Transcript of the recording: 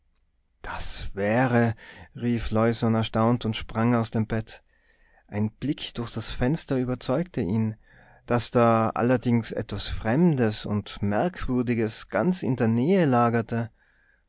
das wäre rief leusohn erstaunt und sprang aus dem bett ein blick durch das fenster überzeugte ihn daß da allerdings etwas fremdes und merkwürdiges ganz in der nähe lagerte